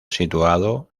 situado